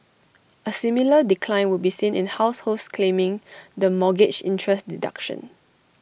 A similar decline would be seen in households claiming the mortgage interest deduction